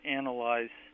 analyze